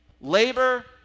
labor